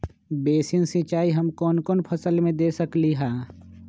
Basin सिंचाई हम कौन कौन फसल में दे सकली हां?